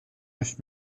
neuf